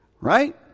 right